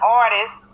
artist